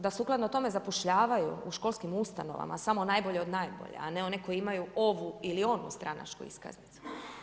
Da sukladno tome zapošljavaju u školskim ustanovama samo najbolje od najboljih, a ne one koji imaju ovu ili onu stranačku iskanicu.